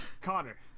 Connor